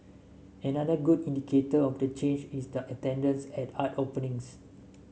another good indicator of the change is the attendance at art openings